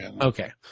okay